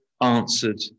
answered